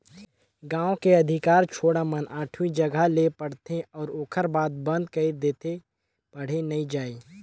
गांव के अधिकार छौड़ा मन आठवी जघा ले पढ़थे अउ ओखर बाद बंद कइर देथे पढ़े बर नइ जायें